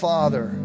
Father